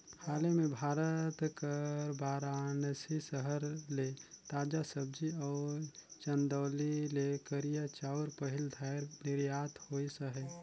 हाले में भारत कर बारानसी सहर ले ताजा सब्जी अउ चंदौली ले करिया चाँउर पहिल धाएर निरयात होइस अहे